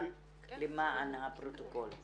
רק למען הפרוטוקול.